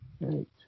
Right